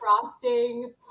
frosting